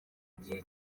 gihe